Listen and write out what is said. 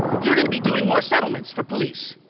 you're going to be doing more settlements for police.